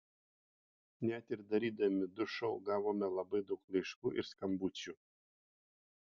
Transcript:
net ir darydami du šou gavome labai daug laiškų ir skambučių